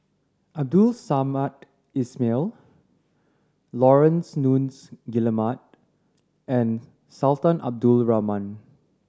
Abdul Samad Ismail Laurence Nunns Guillemard and Sultan Abdul Rahman